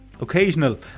Occasional